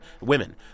women